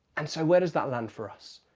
and so, where does that land for us?